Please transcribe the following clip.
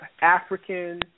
African